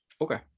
okay